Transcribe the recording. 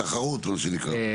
תחרות, מה שנקרא.